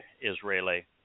Israeli